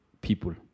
people